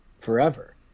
forever